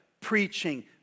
preaching